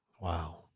Wow